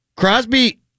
Crosby